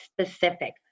specific